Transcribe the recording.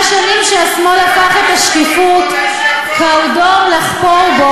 זה רגע היסטורי, אדוני היושב-ראש.